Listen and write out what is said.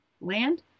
Land